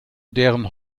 deren